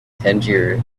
tangier